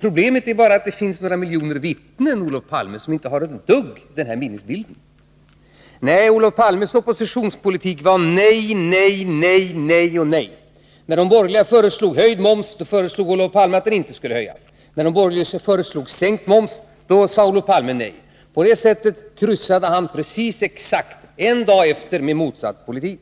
Problemet är bara att det finns några miljoner vittnen, Olof Palme, som inte alls har den här minnesbilden. Nej, Olof Palmes oppositionspolitik var nej, nej, nej, nej och nej. När de borgerliga föreslog höjd moms, då föreslog Olof Palme att momsen inte skulle höjas. När de borgerliga föreslog sänkt moms, sade Olof Palme nej. På det sättet kryssade han precis exakt en dag efter med motsatt politik.